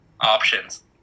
options